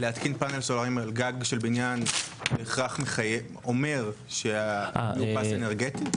להתקין פאנלים סולריים על גג של בניין בהכרח אומר שהוא יאופס אנרגטית?